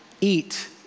eat